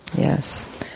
Yes